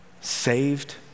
saved